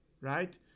right